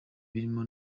birimo